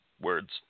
words